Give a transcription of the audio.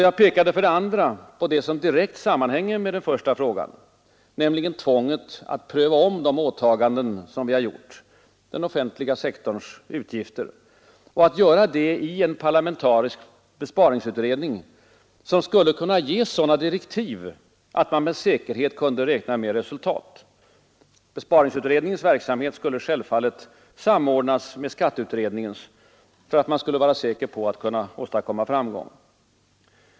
Jag pekade för det andra på det som direkt sammanhänger med den första frågan, nämligen tvånget att pröva om de åtaganden som vi gjort — den offentliga sektorns utgifter — och att göra det i en parlamentarisk besparingsutredning som skulle kunna få sådana direktiv att man med säkerhet kunde räkna med resultat. Besparingsutredningens verksamhet skulle självfallet samordnas med skatteutredningens för att man skulle vara säker på att kunna nå framgång.